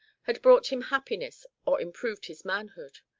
had brought him happiness or improved his manhood.